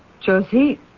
Josie